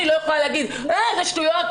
אני לא יכולה להגיד שאלה שטויות.